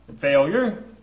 failure